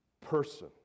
person